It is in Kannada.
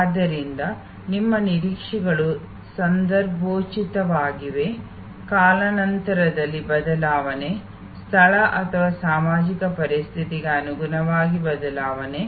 ಆದ್ದರಿಂದ ನಮ್ಮ ನಿರೀಕ್ಷೆಗಳು ಸಂದರ್ಭೋಚಿತವಾಗಿವೆ ಕಾಲಾನಂತರದಲ್ಲಿ ಬದಲಾವಣೆ ಸ್ಥಳ ಅಥವಾ ಸಾಮಾಜಿಕ ಪರಿಸ್ಥಿತಿಗೆ ಅನುಗುಣವಾಗಿ ಬದಲಾವಣೆ